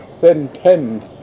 sentence